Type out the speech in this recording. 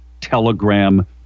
Telegram